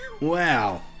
Wow